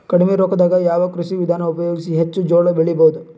ಕಡಿಮಿ ರೊಕ್ಕದಾಗ ಯಾವ ಕೃಷಿ ವಿಧಾನ ಉಪಯೋಗಿಸಿ ಹೆಚ್ಚ ಜೋಳ ಬೆಳಿ ಬಹುದ?